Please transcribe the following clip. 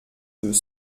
deux